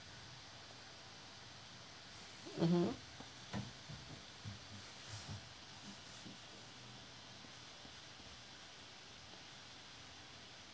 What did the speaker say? mmhmm